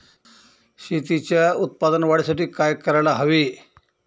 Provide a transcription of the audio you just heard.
शेतीच्या उत्पादन वाढीसाठी काय करायला हवे?